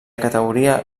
categoria